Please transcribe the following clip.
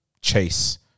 chase